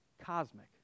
cosmic